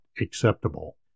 acceptable